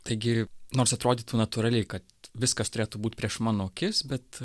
taigi nors atrodytų natūraliai kad viskas turėtų būt prieš mano akis bet